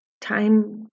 time